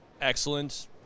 excellent